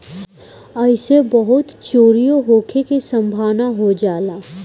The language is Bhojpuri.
ऐइसे बहुते चोरीओ होखे के सम्भावना हो जाला